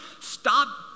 Stop